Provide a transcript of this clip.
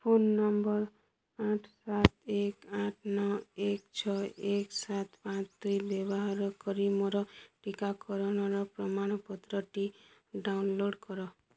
phone number ଆଠ ସାତ ଏକ ନଅ ଏକ ଛଅ ଏକ ସାତ ପାଞ୍ଚ ଦୁଇ ବ୍ୟବହାର କରି ମୋର ଟୀକାକରଣର ପ୍ରମାଣପତ୍ରଟି ଡାଉନଲୋଡ଼୍ କର